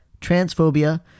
transphobia